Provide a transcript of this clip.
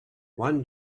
one